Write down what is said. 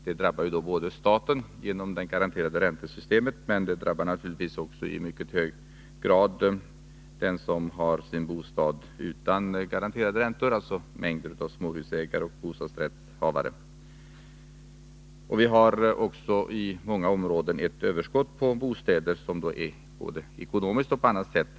Det drabbar staten till följd av systemet med garanterad ränta, men också i mycket hög grad den som har bostad utan garanterade räntor, dvs. mängder av småhusägare och bostadsrättshavare. Vi har också i många områden ett överskott på bostäder, vilket är besvärande både ekonomiskt och på annat sätt.